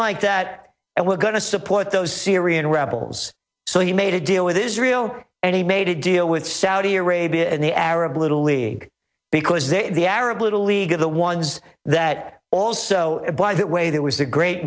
like that and we're going to support those syrian rebels so he made a deal with israel and he made a deal with saudi arabia and the arab little league because they the arab little league are the ones that also apply that way that was the great